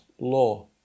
law